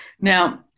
Now